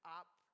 up